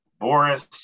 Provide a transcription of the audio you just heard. Boris